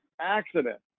accident